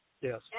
Yes